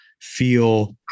feel